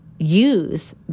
Use